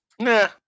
Nah